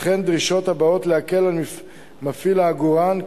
וכן דרישות הבאות להקל על מפעיל העגורן.